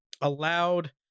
allowed